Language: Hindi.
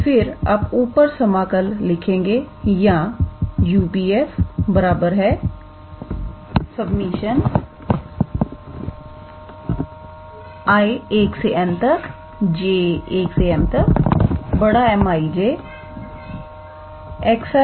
तो फिर आप ऊपर समाकल लिखेंगे या 𝑈𝑃 𝑓 i1nj1m𝑀𝑖𝑗𝑥𝑖 − 𝑥𝑖−1𝑦𝑗 − 𝑦𝑗−1